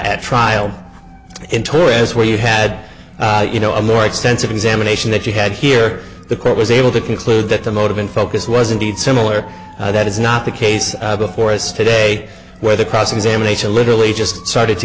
t trial in torres where you had you know a more extensive examination that you had here the court was able to conclude that the motive in focus was indeed similar that is not the case before us today where the cross examination literally just started to